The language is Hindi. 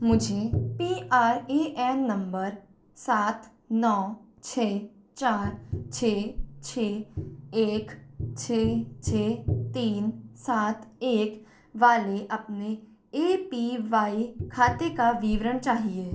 मुझे P R A N number सात नौ छः चार छः छः एक छः छः तीन सात एक वाले अपने ए पी वाई खाते का विवरण चाहिए